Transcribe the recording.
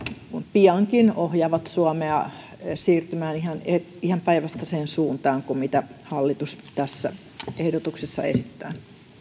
piankin ohjaavat suomea siirtymään ihan päinvastaiseen suuntaan kuin mitä hallitus tässä ehdotuksessa esittää